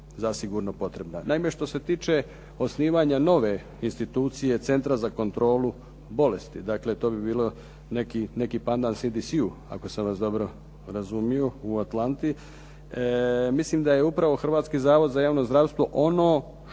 zasigurno potrebna. Naime, što se tiče osnivanja nove institucije Centra za kontrolu bolesti, dakle to bi bilo neki pandan … /Govornik se ne razumije./ … ako sam vas dobro razumio u Atlanti. Mislim da je upravo Hrvatski zavod za javno zdravstvo ono što